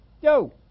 yo